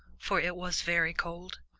for it was very cold,